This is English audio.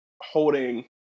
holding